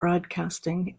broadcasting